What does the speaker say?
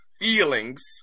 feelings